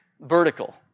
vertical